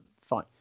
fine